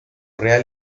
real